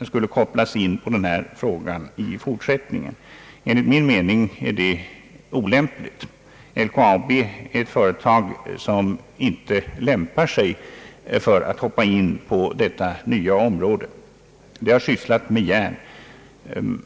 skulle kopplas in på denna fråga i fortsättningen. Enligt min mening är det olämpligt. LKAB är ett företag som inte lämpar sig för att hoppa in på detta nya område. Det har sysslat med järnmalm.